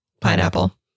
Pineapple